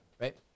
right